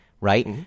right